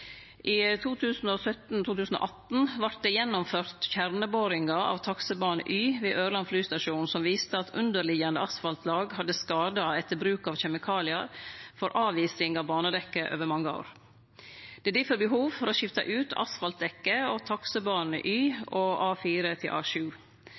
I 2017/2018 vart det gjennomført kjerneboringar av taksebane Y ved Ørland flystasjon som viste at underliggjande asfaltlag hadde skadar etter bruk av kjemikaliar for avising av banedekket over mange år. Det er difor behov for å skifte ut asfaltdekket og taksebane Y